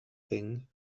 thing